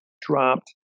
dropped